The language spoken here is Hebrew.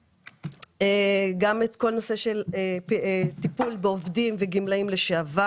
גם כל הנושא של טיפול בעובדים וגמלאים לשעבר.